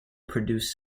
produced